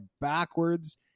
backwards